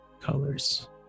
Colors